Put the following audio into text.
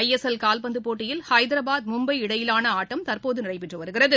ISL கால்பந்து போட்டியில் ஐதராபாத் மும்பை இடையேயாள ஆட்டம் தற்போது நடைபெற்று வருகிறது